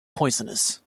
poisonous